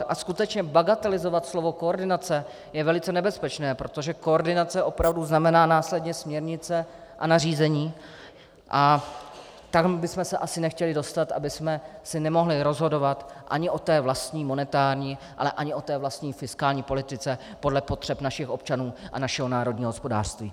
A skutečně bagatelizovat slovo koordinace je velice nebezpečné, protože koordinace opravdu znamená následně směrnice a nařízení a tam bychom se asi nechtěli dostat, abychom si nemohli rozhodovat ani o té vlastní monetární, ale ani o té vlastní fiskální politice podle potřeb našich občanů a našeho národního hospodářství.